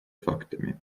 фактами